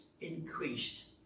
increased